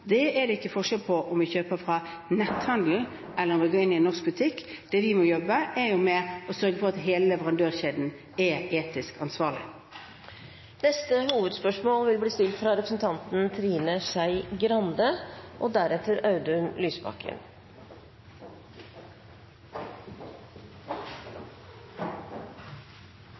er det ikke forskjell om vi kjøper ved netthandel, eller om vi går inn i en norsk butikk. Det vi må jobbe med, er å sørge for at hele leverandørkjeden er etisk ansvarlig. Da går vi til neste hovedspørsmål.